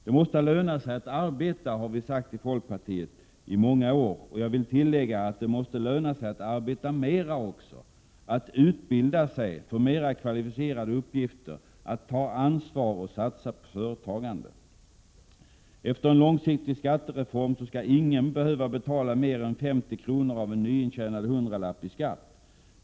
Det måste löna sig att arbeta — det har vi i folkpartiet sagt i många år. Jag vill tillägga att det måste löna sig att arbeta mera också, att utbilda sig för mera kvalificerade uppgifter, att ta ansvar och satsa på företagande. Efter en långsiktig skattereform skall ingen behöva betala mer än 50 kr. av en nyintjänad hundralapp i skatt.